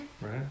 Right